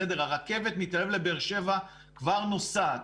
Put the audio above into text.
הרכבת מתל אביב לבאר שבע כבר נוסעת.